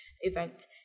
event